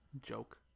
joke